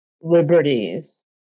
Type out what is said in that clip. liberties